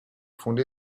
fondée